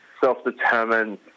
self-determined